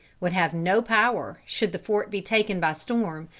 would have no power, should the fort be taken by storm,